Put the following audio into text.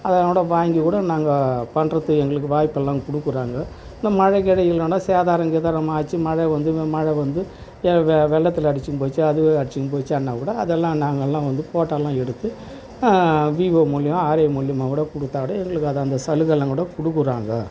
அதைக் கூட வாங்கிக்கூட நாங்கள் பண்ணுறத்துக்கு எங்களுக்கு வாய்ப்பெல்லாம் கொடுக்குறாங்க இந்த மழை கிழை இல்லைன்னா சேதாரம் கீதாரம் ஆச்சு மழை வந்து மழை வந்து வெள்ளத்தில் அடிச்சினு போய்டுச்சு அதுவும் அடிச்சினு போயிடுச்சின்னால் கூட அதெல்லாம் நாங்கெல்லாம் வந்து ஃபோட்டோல்லாம் எடுத்து விவோ மூலிமா ஆர்ஐ மூலிமாக்கூட கொடுத்தாக்கூட எங்களுக்கு அது அந்த சலுகையெல்லாம் கூட கொடுக்குறாங்க